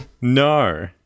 No